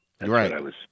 Right